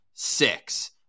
six